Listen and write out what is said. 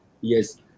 yes